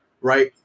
Right